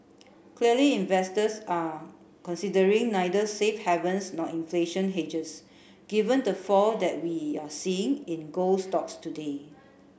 clearly investors are considering neither safe havens nor inflation hedges given the fall that we're seeing in gold stocks today